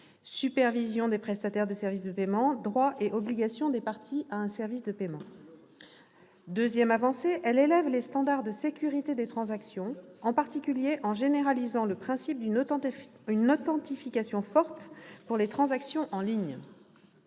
supervision des prestataires de services de paiement, droits et obligations des parties à un service de paiement. Deuxièmement, elle élève les standards de sécurité des transactions, en particulier en généralisant le principe d'une authentification forte pour les transactions en ligne.